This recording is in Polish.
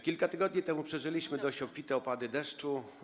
Kilka tygodni temu przeżyliśmy dość obfite opady deszczu.